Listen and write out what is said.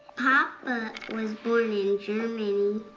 papa was born in germany.